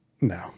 no